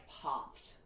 popped